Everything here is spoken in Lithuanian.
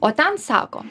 o ten sako